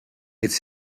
its